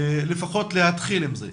לפחות להתחיל עם זה.